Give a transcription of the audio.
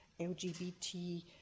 LGBT